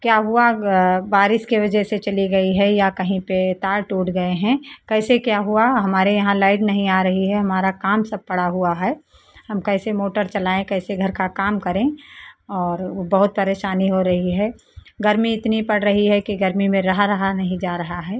क्या हुआ बारिश के वजह से चली गई है या कहीं पे तार टूट गए हैं कैसे क्या हुआ हमारे यहाँ लाइट नहीं आ रही है हमारा काम सब पड़ा हुआ है हम कैसे मोटर चलाएँ कैसे घर का काम करें और वो बहुत परेशानी हो रही है गर्मी इतनी पड़ रही है कि गर्मी में रहा रहा नहीं जा रहा है